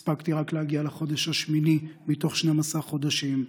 הספקתי רק להגיע לחודש השמיני מתוך 12 חודשים.